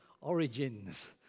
origins